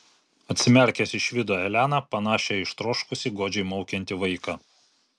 atsimerkęs išvydo eleną panašią į ištroškusį godžiai maukiantį vaiką